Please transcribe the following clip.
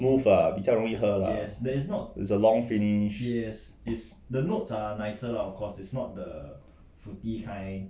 smooth ah 比较容易喝 lah is a long finish